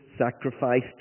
sacrificed